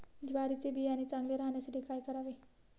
ज्वारीचे बियाणे चांगले राहण्यासाठी काय करावे?